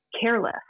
careless